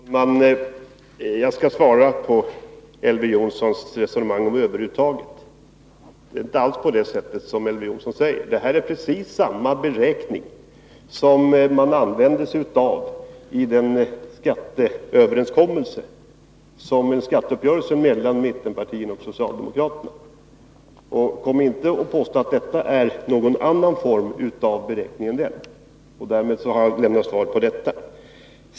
Herr talman! Jag skall svara på Elver Jonssons resonemang om överuttaget. Det är inte alls på det sättet som Elver Jonsson säger. Det här är precis samma beräkning som man använde sig av vid skatteuppgörelsen mellan mittenpartierna och socialdemokraterna. Kom inte och påstå att detta är någon annan typ av beräkning än den! — Därmed har jag svarat på det.